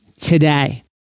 today